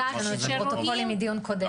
יש לנו פרוטוקולים מדיון קודם.